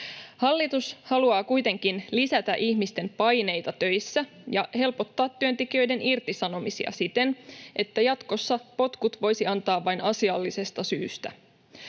Hallitus haluaa kuitenkin lisätä ihmisten paineita töissä ja helpottaa työntekijöiden irtisanomisia siten, että jatkossa potkut voisi antaa ihan vain ”asiallisesta syystä”.